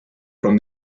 from